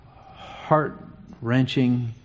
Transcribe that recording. heart-wrenching